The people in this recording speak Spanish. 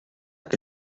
que